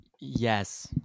Yes